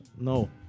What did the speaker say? no